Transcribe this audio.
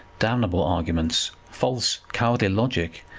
damnable arguments! false, cowardly logic,